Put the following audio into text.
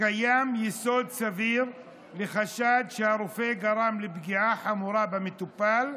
קיים יסוד סביר לחשד שהרופא גרם לפגיעה חמורה במטופל,